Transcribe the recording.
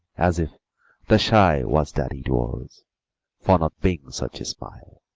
as if the sigh was that it was for not being such a smile